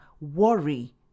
worry